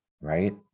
right